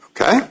Okay